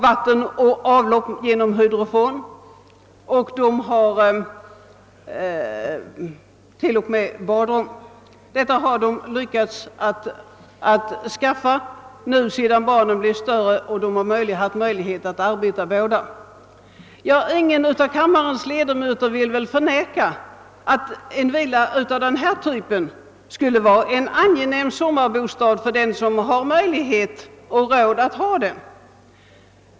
Vatten och avlopp är ordnat genom hydrofor, och det finns t.o.m. badrum. Detta har föräldrarna lyckats skaffa sedan barnen blivit större, eftersom båda då haft möjlighet att arbeta. Ingen av kammarens ledamöter vill väl förneka att en villa av den nämnda typen skulle vara en angenäm sommarbostad för den som har råd.